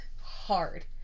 hard